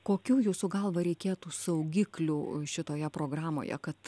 kokių jūsų galva reikėtų saugiklių šitoje programoje kad